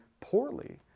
poorly